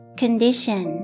condition